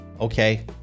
okay